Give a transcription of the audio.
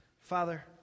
Father